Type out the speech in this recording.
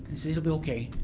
it will be okay.